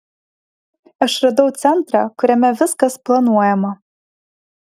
aš radau centrą kuriame viskas planuojama